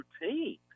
routine